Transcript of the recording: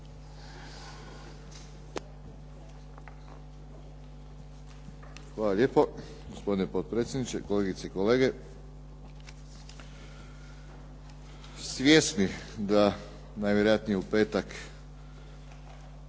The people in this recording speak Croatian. Hvala lijepo. Gospodine potpredsjedniče, kolegice i kolege. Svjesni da najvjerojatnije u petak